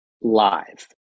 live